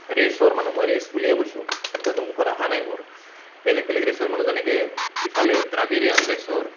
ৰেচৰ মানুহ মই ৰেচ বুলিয়ে কৈছোঁ শব্দটো মুখত অহা নাই মোৰ বেলেগ বেলেগ ৰেচৰ মানুহ যেনেকৈ ইফালে দ্ৰাবিড়ীয়ান ৰেচৰ